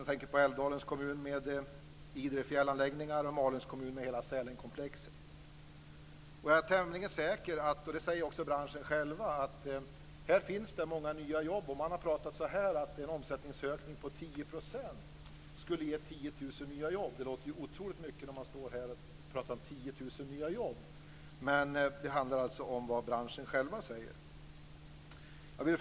Jag tänker på Älvdalens kommun med Idre fjällanläggningar och Malungs kommun med hela Jag är tämligen säker på, och det säger också branschen själv, att här finns det många jobb. Man har sagt att en omsättningsökning på 10 % skulle ge 10 000 nya jobb. Det låter ju otroligt mycket när man står här och pratar om 10 000 nya jobb, men det handlar alltså om vad branschen själv säger. Fru talman!